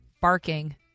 barking